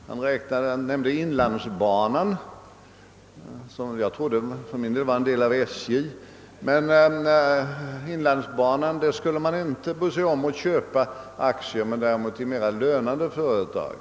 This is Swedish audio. Han nämnde inlandsbanan — som jag för min del trodde var en del av SJ — och sade att där skulle man i oppositionen inte bry sig om att köpa aktier, men däremot skulle man köpa aktier i mera lönande statliga företag.